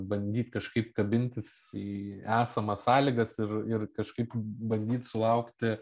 bandyt kažkaip kabintis į esamas sąlygas ir ir kažkaip bandyt sulaukti